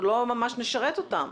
לא ממש נשרת אותם.